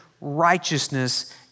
righteousness